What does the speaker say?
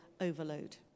overload